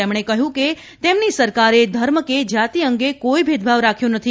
તેમણે કહ્યું કે તેમની સરકારે ધર્મ કે જાતિ અંગે કોઇ ભેદભાવ રાખ્યો નથી